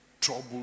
trouble